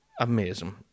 amazing